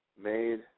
made